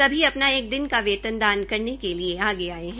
सभी अपना एक दिन का वेतन दान देने के लिए आगे आये है